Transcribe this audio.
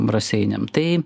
raseiniam tai